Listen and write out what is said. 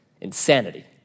insanity